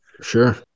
Sure